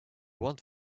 want